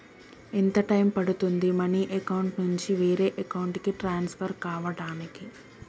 ఎంత టైం పడుతుంది money account నుంచి వేరే అకౌంట్ కి ట్రాన్స్ఫర్ కావటానికి?